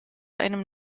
einem